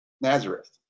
Nazareth